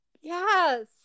Yes